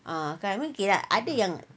ah kan mungkin ada yang